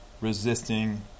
resisting